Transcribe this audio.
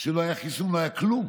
שלא היה חיסון ולא כלום.